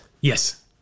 yes